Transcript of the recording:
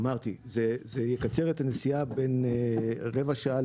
אמרתי: זה יקצר את הנסיעה בין רבע שעה